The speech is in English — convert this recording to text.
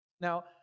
Now